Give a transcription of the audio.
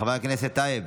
חבר הכנסת טייב.